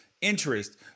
interest